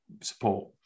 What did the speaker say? support